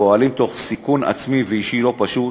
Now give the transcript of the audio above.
פועלים תוך סיכון עצמי ואישי לא פשוט.